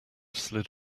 slid